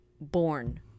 born